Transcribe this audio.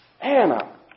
Anna